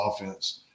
offense